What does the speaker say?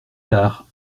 tard